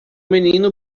menino